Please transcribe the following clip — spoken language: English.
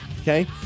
Okay